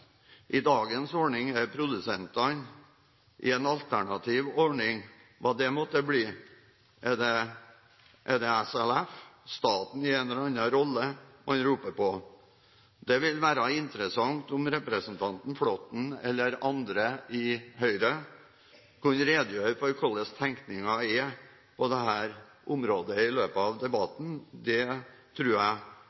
I dagens ordning er det produsentene. I en alternativ ordning, hva det måtte bli, er det Statens landbruksforvaltning, SLF – staten i en eller annen rolle – man roper på? Det vil være interessant om representanten Flåtten, eller andre i Høyre, i løpet av debatten kunne redegjøre for hvordan tenkningen er på dette området. Det tror jeg vil være av